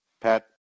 Pat